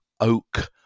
oak